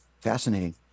Fascinating